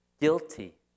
guilty